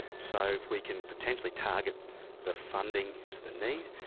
so if we can potentially target the funding to the need,